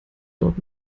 dort